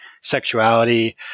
sexuality